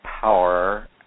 power